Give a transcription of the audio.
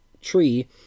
tree